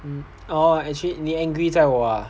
um oh actually 你 angry 在我 ah